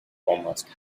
almost